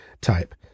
type